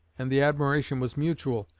and the admiration was mutual.